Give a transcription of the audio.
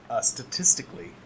Statistically